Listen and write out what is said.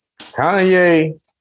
Kanye